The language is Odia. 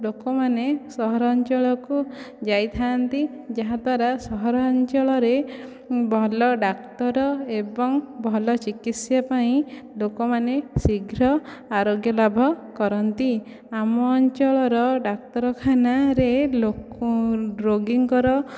ଲୋକମାନେ ସହରାଞ୍ଚଳକୁ ଯାଇଥାଆନ୍ତି ଯାହାଦ୍ୱାରା ସହରାଞ୍ଚଳରେ ଭଲ ଡାକ୍ତର ଏବଂ ଭଲ ଚିକିତ୍ସା ପାଇଁ ଲୋକମାନେ ଶୀଘ୍ର ଆରୋଗ୍ୟ ଲାଭ କରନ୍ତି ଆମ ଅଞ୍ଚଳର ଡାକ୍ତରଖାନାରେ ଲୋକ ରୋଗୀଙ୍କର